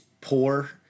poor